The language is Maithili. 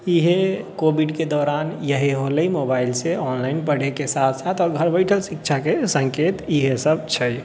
इएह कोविडके दौरान इएह होलै मोबाइलसँ ऑनलाइन पढ़ैके साथ साथ आओर घर बैठल शिक्षाके सङ्केत इएह सब छै